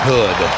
Hood